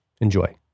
Enjoy